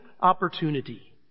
opportunity